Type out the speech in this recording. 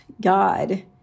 God